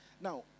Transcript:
Now